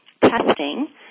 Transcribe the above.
testing